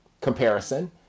comparison